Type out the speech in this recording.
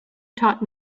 taught